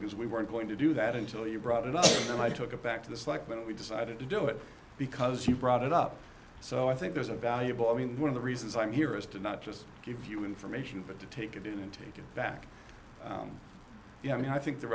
because we weren't going to do that until you brought it up and i took it back to the slack but we decided to do it because you brought it up so i think there's a valuable i mean one of the reasons i'm here is to not just give you information but to take it in and take it back you know i mean i think the